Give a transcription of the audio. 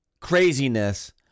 craziness